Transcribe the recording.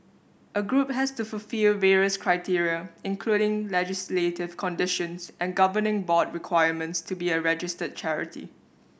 a group has to fulfil various criteria including legislative conditions and governing board requirements to be a registered charity